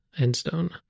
endstone